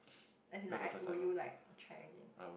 as in like I will you like try again